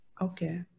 Okay